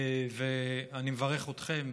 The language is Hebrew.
ואני מברך אתכם,